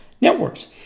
networks